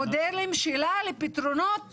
מודלים שלה לפתרונות